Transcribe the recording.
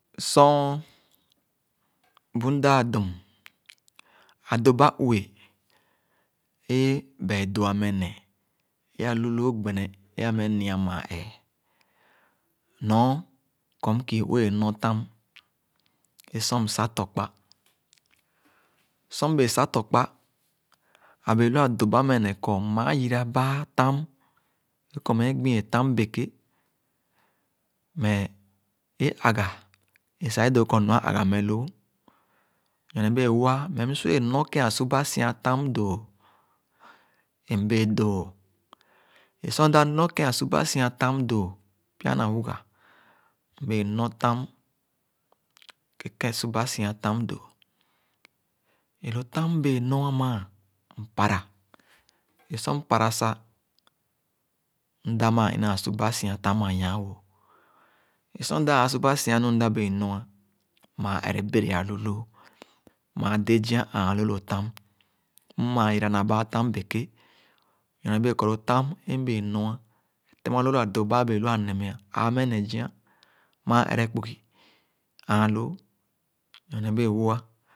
Sor, bu mdãã-dum, adoba-ue ẽẽ bã do-amene ẽ-alu bo gbene ẽ ameh nia mãã-ẽẽ nɔr kɔr mkii wɛɛ nɔ-tam ẽ sor msah tɔkpà. Sor mbẽẽ sah tɔkpa a-bẽẽ lu adoba ménẹ́ kɔr mmaa yira baa tam, ẽ kɔr mmee gbi-e tam beke, meh ẽ ãgha, ẽ sah e-doo kɔr nu a-agha meh loo, nyone bẽẽ-wõ ã meh msu-wɛɛ nɔ ke-asuba si-ān tam dõõ. Mbẽɛ̃ dõõ. E sor mda nɔ ke-asuba si-an tam dõõ pya-nawuga, mbee nɔ tam, ẽ ke-asuba si-an tam doi. Ẽ lo tam mbẽẽ nó mãã, mpara, ẽ sor mpara sah, mda mãã suba si-an tam a nya-wõ. Ẽ sor mda ãã suba si-an nɔ mda bẽẽ nɔ, mãã ere bere alu lõõ, maa dazia ããn lõõ lo tam, mm ãã yiirãnã bãã tam beke nyor bee kɔ lo tam ẽ mbẽẽ nɔ-ã, temaloo lo adoba ã bẽẽ lu-aneme, ãã-meh ne-zia, mãã ẽrẽ kpugi ãã lõõ nyone bẽẽ-wo